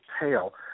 tail